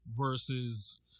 versus